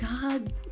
God